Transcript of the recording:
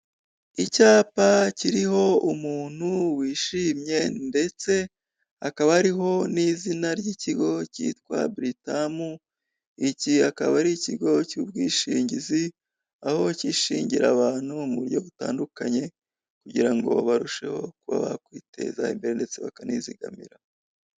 Icyapa kiriho umuntu wishyimye ndetse hakaba hariho n'izina ry'ikigo Buritamu. Iki akaba ari ikigo cy'ubwishingizi aho kishingira abantu mu buryo butandukanye kugira ngo barusheho kuba bakwiteza imbere ndetse bakanizigamira.